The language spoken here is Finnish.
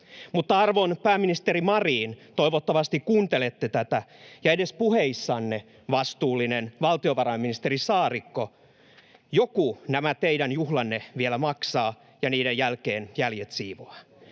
Mutta arvon pääministeri Marin, toivottavasti kuuntelette tätä, ja edes puheissanne vastuullinen valtiovarainministeri Saarikko: joku nämä teidän juhlanne vielä maksaa ja niiden jälkeen jäljet siivoaa.